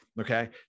Okay